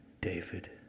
David